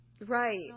right